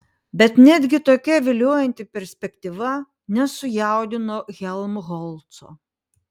bet netgi tokia viliojanti perspektyva nesujaudino helmholco